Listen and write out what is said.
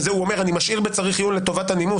ואת זה הוא אומר אני משאיר בצריך עיון לטובת הנימוס,